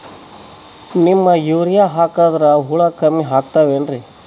Neem urea ಹಾಕದ್ರ ಹುಳ ಕಮ್ಮಿ ಆಗತಾವೇನರಿ?